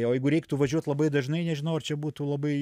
o jeigu reiktų važiuot labai dažnai nežinau ar čia būtų labai